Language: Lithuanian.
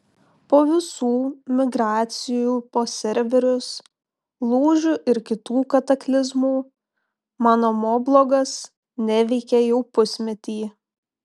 po visų migracijų po serverius lūžių ir kitų kataklizmų mano moblogas neveikė jau pusmetį